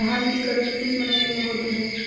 धान की कटनी किस महीने में होती है?